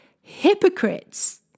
Hypocrites